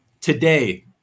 today